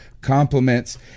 compliments